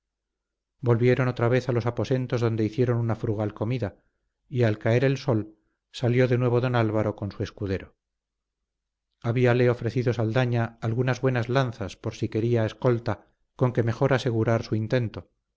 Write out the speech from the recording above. volvieron otra vez a los aposentos donde hicieron una frugal comida y al caer el sol salió de nuevo don álvaro con su escudero habíale ofrecido saldaña algunas buenas lanzas por si quería escolta con que mejor asegurar su intento